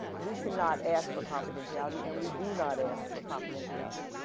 we cannot ask for confidentiality and we do not ask for confidentiality.